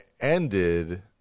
ended